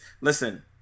Listen